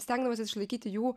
stengdamasis išlaikyti jų